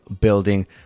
building